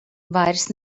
vairs